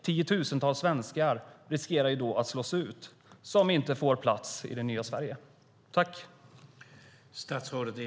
Tiotusentals svenskar som inte får plats i det nya Sverige riskerar att slås ut.